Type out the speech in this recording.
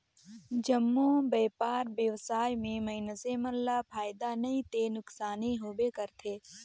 जम्मो बयपार बेवसाय में मइनसे मन ल फायदा नइ ते नुकसानी होबे करथे